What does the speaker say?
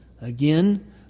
Again